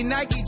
Nike